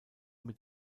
mit